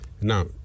Now